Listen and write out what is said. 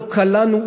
לא קל לנו,